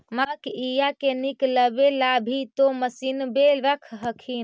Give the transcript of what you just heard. मकईया के निकलबे ला भी तो मसिनबे रख हखिन?